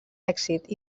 èxit